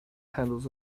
handles